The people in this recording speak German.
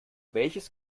welches